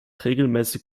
regelmäßig